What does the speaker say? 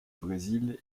brésil